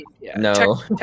No